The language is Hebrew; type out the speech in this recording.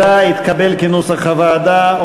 עבר כנוסח הוועדה.